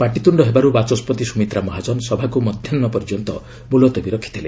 ପାଟିତୃଣ୍ଣ ହେବାରୁ ବାଚସ୍କତି ସୁମିତ୍ରା ମହାଜନ ସଭାକୁ ମଧ୍ୟାହ୍ନ ପର୍ଯ୍ୟନ୍ତ ମୁଲତବୀ ରଖିଥିଲେ